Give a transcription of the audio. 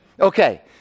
Okay